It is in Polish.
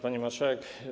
Pani Marszałek!